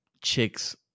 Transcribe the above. chicks